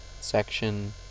section